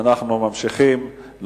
ואנחנו ממשיכים.